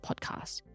podcast